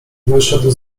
wyszedł